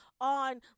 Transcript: on